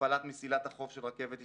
הכפלת מסילת החוף של רכבת ישראל,